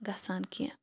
گَژھان کیٚنٛہہ